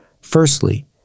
Firstly